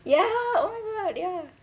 ya oh my god ya